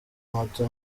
moto